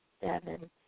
seven